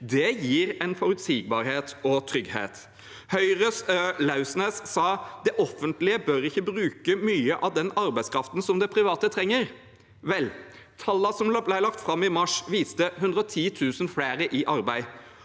Det gir forutsigbarhet og trygghet. Høyres Heng Lauvsnes sa at det offentlige ikke bør bruke mye av den arbeidskraften som det private trenger. Vel, tallene som ble lagt fram i mars, viste 110 000 flere i arbeid